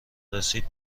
رسید